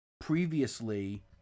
previously